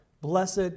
Blessed